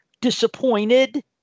disappointed